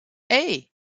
hey